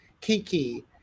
Kiki